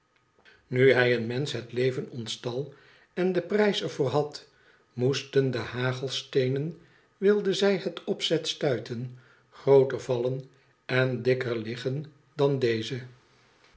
nu hij een mensch het leven ontstal en den prijs er voor had moesten de hagelsteenen wilden zij het opzet stuiten grdoter vallen en dikker liggen dan deze